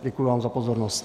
Děkuji vám za pozornost.